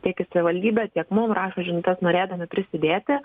tiek į savivaldybę tiek mum rašo žinutes norėdami prisidėti